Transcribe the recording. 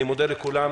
אני מודה לכולם.